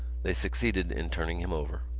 they succeeded in turning him over.